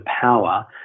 power